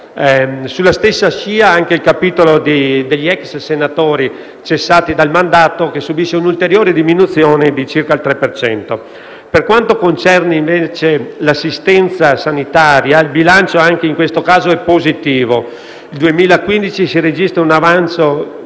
Sulla stessa scia è anche il capitolo degli ex senatori cessati dal mandato, che subisce un'ulteriore diminuzione di circa il tre per cento. Per quanto concerne l'assistenza sanitaria, il bilancio anche in questo caso è positivo: nel 2015 si registra un avanzo